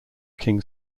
king